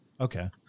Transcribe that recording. okay